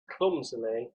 clumsily